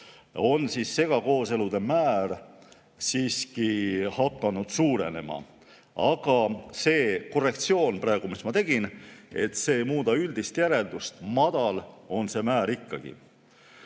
on segakooselude määr siiski hakanud suurenema. Aga see korrektsioon, mis ma praegu tegin, ei muuda üldist järeldust. Madal on see määr ikkagi.